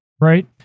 right